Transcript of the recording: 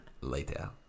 later